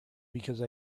because